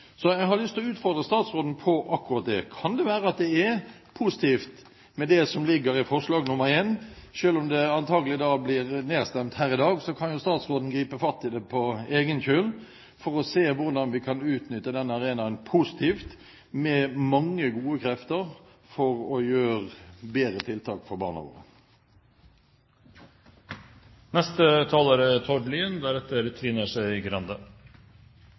så jeg har lyst til å utfordre statsråden på akkurat det. Kan det være at det er positivt med det som ligger i forslag nr. 1? Selv om det antakelig blir nedstemt her i dag, kan jo statsråden gripe fatt i det «på egen kjøl» for å se hvordan vi kan utnytte den arenaen positivt, med mange gode krefter for å få bedre tiltak for